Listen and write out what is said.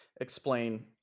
explain